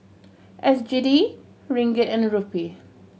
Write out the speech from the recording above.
S G D Ringgit and Rupee